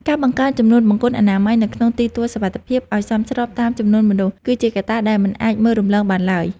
ការបង្កើនចំនួនបង្គន់អនាម័យនៅក្នុងទីទួលសុវត្ថិភាពឱ្យសមស្របតាមចំនួនមនុស្ស គឺជាកត្តាដែលមិនអាចមើលរំលងបានឡើយ។